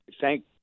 thank